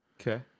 okay